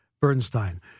Bernstein